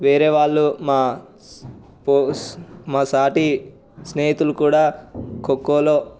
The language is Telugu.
వేరే వాళ్ళు మా సాటి స్నేహితులు కూడా ఖోఖోలో